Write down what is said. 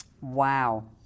Wow